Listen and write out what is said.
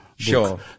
Sure